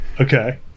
Okay